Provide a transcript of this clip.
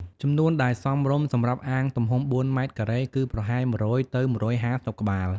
ចំនួនដែលសមរម្យសម្រាប់អាងទំហំ ៤ ម៉ែត្រការ៉េគឺប្រហែល ១០០ ទៅ ១៥០ ក្បាល។